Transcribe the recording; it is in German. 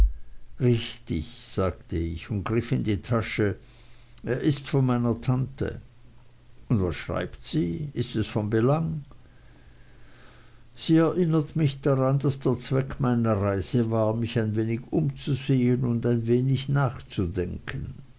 richtig sagte ich und griff in die tasche er ist von meiner tante und was schreibt sie ist es von belang sie erinnert mich daran daß der zweck meiner reise war mich ein wenig umzusehen und ein wenig nachzudenken